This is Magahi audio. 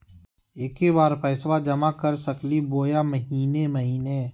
एके बार पैस्बा जमा कर सकली बोया महीने महीने?